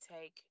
take